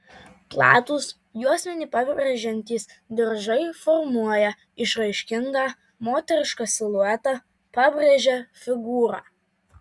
platūs juosmenį pabrėžiantys diržai formuoja išraiškingą moterišką siluetą pabrėžia figūrą